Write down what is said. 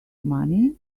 money